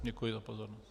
Děkuji za pozornost.